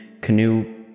Canoe